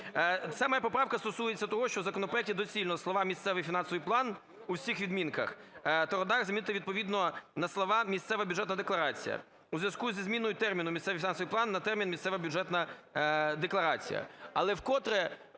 Це моя поправка стосуються того, що в законопроекті доцільно слова "місцевий фінансовий план" в усіх відмінках замінити відповідно на слова "місцева бюджетна декларація". У зв'язку зі зміною терміну "місцевий фінансовий план" на термін "місцева бюджетна декларація".